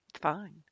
Fine